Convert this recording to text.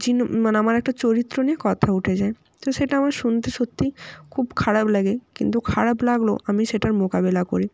চিহ্ন মানে আমার একটা চরিত্র নিয়ে কথা উঠে যায় তো সেটা আমার শুনতে সত্যিই খুব খারাপ লাগে কিন্তু খারাপ লাগলেও আমি সেটার মোকাবেলা করি